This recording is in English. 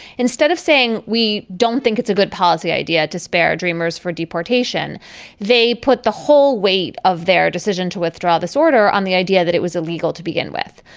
instead of saying we don't think it's a good policy idea to spare dreamers for deportation they put the whole weight of their decision to withdraw this order on the idea that it was illegal to begin with.